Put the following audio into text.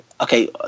okay